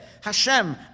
Hashem